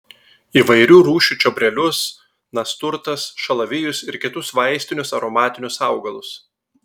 įvairių rūšių čiobrelius nasturtas šalavijus ir kitus vaistinius aromatinius augalus